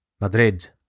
Madrid